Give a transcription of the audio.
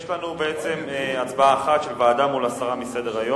יש לנו הצבעה אחת, של ועדה מול הסרה מסדר-היום.